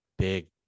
big